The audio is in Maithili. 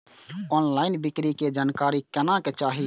ऑनलईन बिक्री के जानकारी केना चाही?